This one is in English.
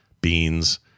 beans